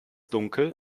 dunkel